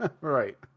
Right